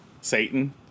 Satan